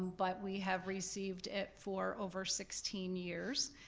but we have received it for over sixteen years,